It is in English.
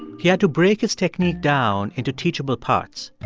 he had to break his technique down into teachable parts.